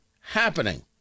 happening